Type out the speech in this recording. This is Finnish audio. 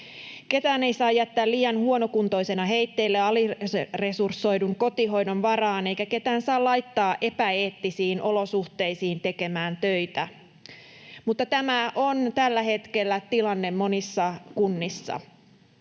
Ketään ei saa jättää liian huonokuntoisena heitteille aliresursoidun kotihoidon varaan, eikä ketään saa laittaa epäeettisiin olosuhteisiin tekemään töitä, mutta tämä on tällä hetkellä tilanne monissa kunnissa.